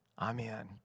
Amen